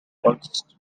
first